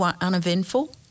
uneventful